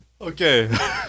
Okay